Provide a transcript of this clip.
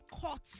caught